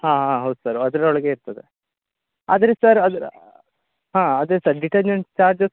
ಹಾಂ ಹಾಂ ಹೌದು ಸರ್ ಅದ್ರ ಒಳಗೆ ಇರ್ತದೆ ಆದರೆ ಸರ್ ಅದು ಹಾಂ ಹಾಂ ಅದೆ ಸರ್ ಡಿಟರ್ಜಂಟ್ ಚಾರ್ಜಸ್